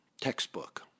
textbook